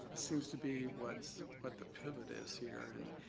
it seems to be what the what the pivot is here. and